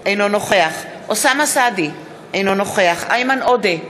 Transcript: אינו נוכח אוסאמה סעדי, אינו נוכח איימן עודה,